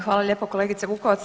Hvala lijepo kolegice Vukovac.